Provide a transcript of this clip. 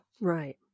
right